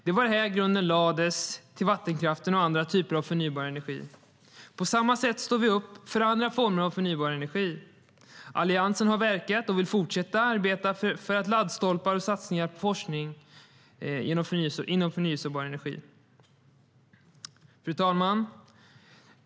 Det var här grunden lades till vattenkraften och andra typer av förnybar energi. Fru talman!